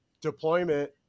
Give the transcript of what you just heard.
deployment